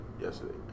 yesterday